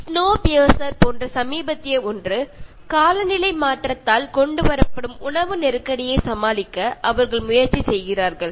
Refer Slide Time 1323 Snowpiercer போன்ற சமீபத்திய ஒன்று காலநிலை மாற்றத்தால் கொண்டு வரப்படும் உணவு நெருக்கடியை சமாளிக்க அவர்கள் முயற்சி செய்கிறார்கள்